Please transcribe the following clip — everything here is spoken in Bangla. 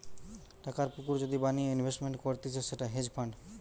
টাকার পুকুর যদি বানিয়ে ইনভেস্টমেন্ট করতিছে সেটা হেজ ফান্ড